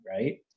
right